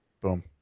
Boom